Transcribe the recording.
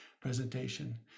presentation